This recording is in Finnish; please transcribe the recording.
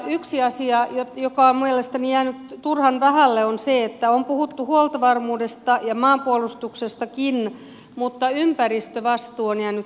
yksi asia joka on mielestäni jäänyt turhan vähälle on se että on puhuttu huoltovarmuudesta ja maanpuolustuksestakin mutta ympäristövastuu on jäänyt liian vähälle